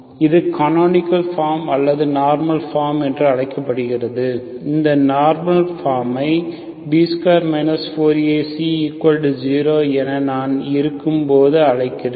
இது canonical form அல்லது normal form என்றும் அழைக்கப்படுகிறது சரி இந்த நார்மல் ஃபாமை B2 4AC0 ஏன் நான் இருக்கும் போது அழைக்கிறோம்